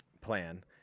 plan